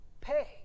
pay